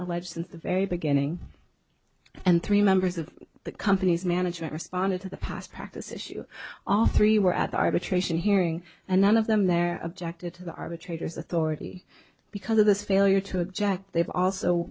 alleged since the very beginning and three members of the company's management responded to the past practice issue all three were at the arbitration hearing and none of them there objected to the arbitrators authority because of this failure to jack they've also